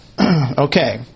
Okay